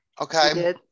okay